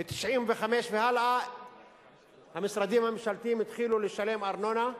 מ-1995 והלאה המשרדים הממשלתיים התחילו לשלם ארנונה,